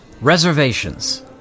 Reservations